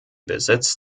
besitz